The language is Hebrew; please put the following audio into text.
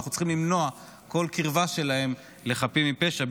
אנחנו צריכים למנוע כל קרבה שלהם לחפים מפשע,